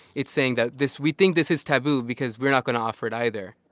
it's saying that this we think this is taboo because we're not going to offer it either